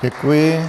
Děkuji.